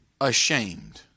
ashamed